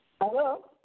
Hello